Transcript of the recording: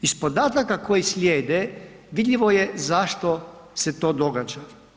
Iz podataka koji slijede vidljivo je zašto se to događa.